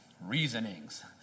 reasonings